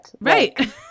Right